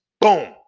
boom